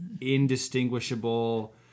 indistinguishable